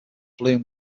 bloom